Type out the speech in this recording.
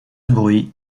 bruit